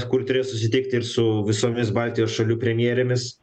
kur turėjo susitikti ir su visomis baltijos šalių premjerėmis